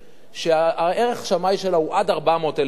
ערך השמאי של הקרקע הוא עד 400,000 שקל,